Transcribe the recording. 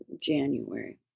January